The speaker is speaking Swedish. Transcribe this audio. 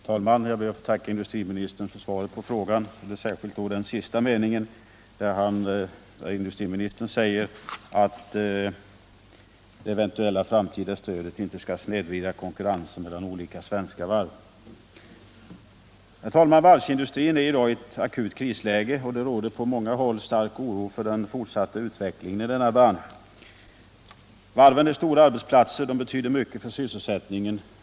Herr talman! Jag ber att få tacka industriministern för svaret på min fråga, särskilt för den sista meningen där industriministern säger att ”ett eventuellt framtida stöd inte skall snedvrida konkurrensen mellan olika svenska varv”. Varvsindustrin är i dag i ett akut krisläge, och det råder på många håll stark oro för den fortsatta utvecklingen. Varven är stora arbetsplatser och betyder mycket för sysselsättningen.